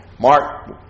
Mark